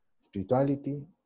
spirituality